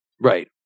Right